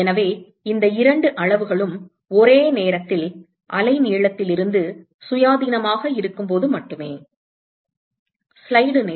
எனவே இந்த இரண்டு அளவுகளும் ஒரே நேரத்தில் அலைநீளத்தில் இருந்து சுயாதீனமாக இருக்கும்போது மட்டுமே